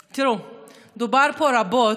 דובר פה רבות,